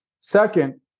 Second